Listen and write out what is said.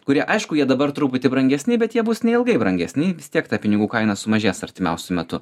kurie aišku jie dabar truputį brangesni bet jie bus neilgai brangesni vis tiek ta pinigų kaina sumažės artimiausiu metu